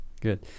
Good